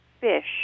fish